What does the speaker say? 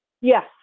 Yes